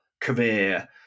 career